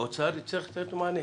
האוצר יצטרך לתת מענה,